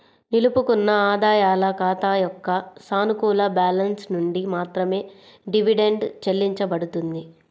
నిలుపుకున్న ఆదాయాల ఖాతా యొక్క సానుకూల బ్యాలెన్స్ నుండి మాత్రమే డివిడెండ్ చెల్లించబడుతుంది